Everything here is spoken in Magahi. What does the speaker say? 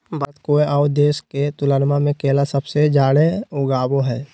भारत कोय आउ देश के तुलनबा में केला सबसे जाड़े उगाबो हइ